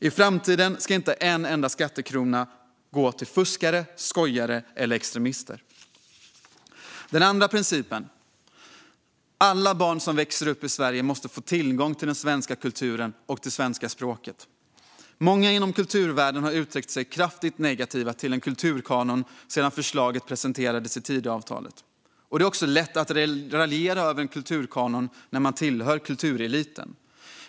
I framtiden ska inte en enda skattekrona gå till fuskare, skojare eller extremister. Den andra principen är att alla barn som växer upp i Sverige måste få tillgång till den svenska kulturen och det svenska språket. Många inom kulturvärlden har uttryckt sig kraftigt negativt till en kulturkanon sedan förslaget presenterades i Tidöavtalet. Det är lätt att raljera över en kulturkanon när man tillhör kultureliten.